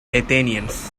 athenians